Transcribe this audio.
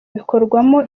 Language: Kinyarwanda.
bikorwamo